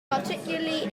particularly